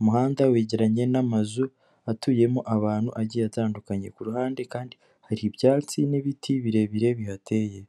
umuhanda wegeranye n'amazu atuyemo abantu agiye atandukanye, ku ruhande kandi hari ibyatsi n'ibiti birebire bihateye.